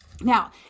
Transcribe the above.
Now